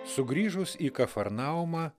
sugrįžus į kafarnaumą